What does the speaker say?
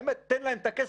באמת תן להם את הכסף,